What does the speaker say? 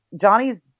Johnny's